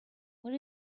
what